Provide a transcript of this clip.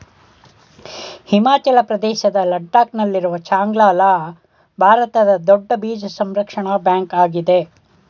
ಹಿಮಾಚಲ ಪ್ರದೇಶದ ಲಡಾಕ್ ನಲ್ಲಿರುವ ಚಾಂಗ್ಲ ಲಾ ಭಾರತದ ದೊಡ್ಡ ಬೀಜ ಸಂರಕ್ಷಣಾ ಬ್ಯಾಂಕ್ ಆಗಿದೆ